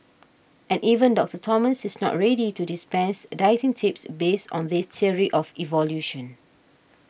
and even Doctor Thomas is not already to dispense a dieting tips based on this theory of evolution